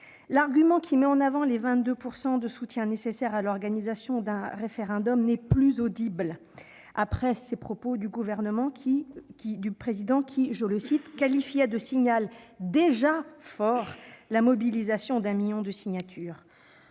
L'argument qui met en avant les 10 % de soutiens nécessaires à l'organisation d'un référendum n'est plus audible après les propos du Président de la République, qui qualifiait de « signal déjà fort » la mobilisation d'un million de signatures.